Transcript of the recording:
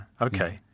Okay